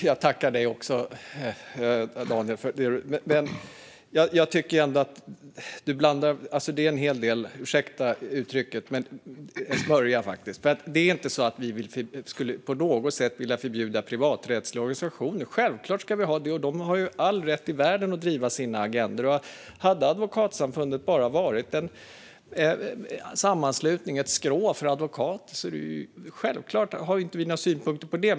Fru talman! Jag tackar Daniel för anförandet, men jag tycker ändå att en hel del är - ursäkta uttrycket - smörja. Det är inte så att vi på något sätt vill förbjuda privaträttsliga organisationer. Självklart ska de finnas, och de har all rätt i världen att driva sina agendor. Om Advokatsamfundet hade varit en sammanslutning, ett skrå, för advokater hade vi inte haft några synpunkter på det.